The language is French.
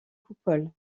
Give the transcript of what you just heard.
coupole